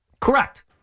Correct